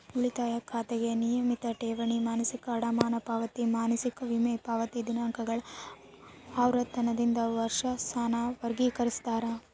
ಉಳಿತಾಯ ಖಾತೆಗೆ ನಿಯಮಿತ ಠೇವಣಿ, ಮಾಸಿಕ ಅಡಮಾನ ಪಾವತಿ, ಮಾಸಿಕ ವಿಮಾ ಪಾವತಿ ದಿನಾಂಕಗಳ ಆವರ್ತನದಿಂದ ವರ್ಷಾಸನ ವರ್ಗಿಕರಿಸ್ತಾರ